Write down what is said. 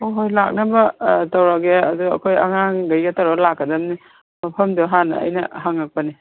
ꯍꯣꯏ ꯍꯣꯏ ꯂꯥꯛꯅꯕ ꯇꯧꯔꯒꯦ ꯑꯗꯨ ꯑꯩꯈꯣꯏ ꯑꯉꯥꯡꯈꯩꯒ ꯇꯧꯔ ꯂꯥꯛꯀꯗꯝꯃꯤ ꯃꯐꯝꯗꯣ ꯍꯥꯟꯅ ꯑꯩꯅ ꯍꯪꯉꯛꯄꯅꯤ